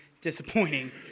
disappointing